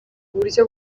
uburyo